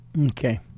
Okay